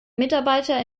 mitarbeiter